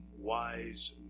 Wise